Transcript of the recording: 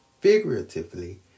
figuratively